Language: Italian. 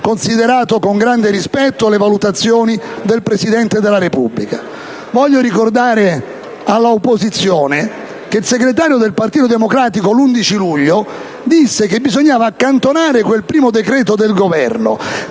considerato con grande rispetto le valutazioni del Presidente della Repubblica. Voglio ricordare all'opposizione che il segretario del Partito Democratico l'11 luglio disse che bisognava accantonare quel primo decreto del Governo,